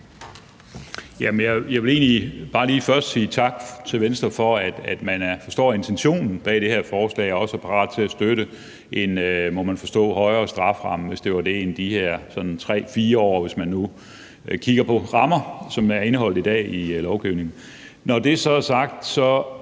egentlig bare lige først sige tak til Venstre for, at man forstår intentionen bag det her forslag og også er parat til at støtte en, må man forstå, højere strafferamme end de her sådan 3-4 år, hvis man nu kigger på de rammer, som er indeholdt i lovgivningen i dag. Når det så er sagt,